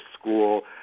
school